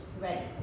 ready